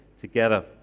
together